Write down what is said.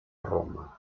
roma